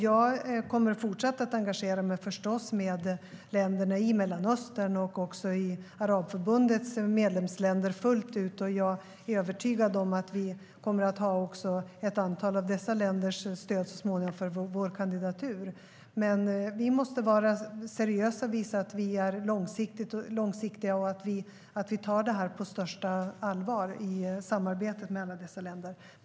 Jag kommer förstås att fortsätta att engagera mig i länderna i Mellanöstern och också i Arabförbundets medlemsländer fullt ut. Jag är övertygad om att vi kommer att ha ett antal av dessa länders stöd så småningom för vår kandidatur. Vi måste vara seriösa och visa att vi är långsiktiga och tar detta på största allvar i samarbetet med alla dessa länder.